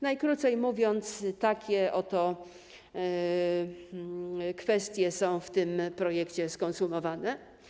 Najkrócej mówiąc, takie oto kwestie są w tym projekcie skonsumowane.